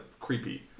creepy